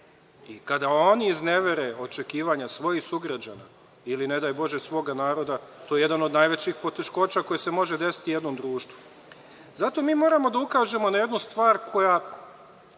i kada oni iznevere očekivanja svojih sugrađana ili, ne daj Bože, svoga naroda, to je jedna od najvećih poteškoća koje se mogu desiti jednom društvu. Zato mi moramo da ukažemo na jednu stvar koja